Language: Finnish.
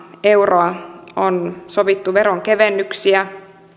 euroa on sovittu veronkevennyksiä